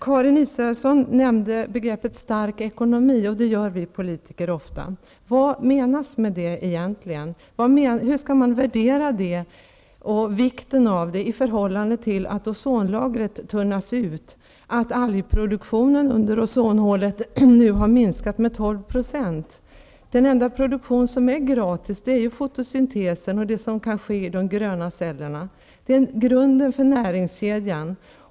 Karin Israelsson nämnde begreppet stark ekonomi, och det gör vi politiker ofta. Vad menas egentligen med det? Hur skall man värdera vikten av en stark ekonomi i förhållande till att ozonlagret tunnas ut och att algproduktionen under ozonhålet nu har minskat med 12 %? Den enda produktion som är gratis är ju fotosyntesen och det som kan ske i de gröna cellerna. Det är grunden för näringskedjan.